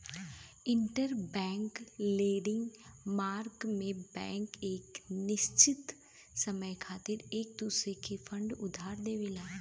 interbank lending market में bank एक निश्चित समय खातिर एक दूसरे के फंड उधार देवला